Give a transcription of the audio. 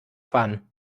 fun